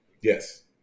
Yes